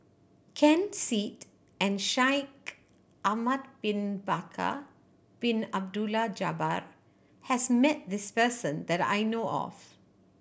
Ken Seet and Shaikh Ahmad Bin Bakar Bin Abdullah Jabbar has met this person that I know of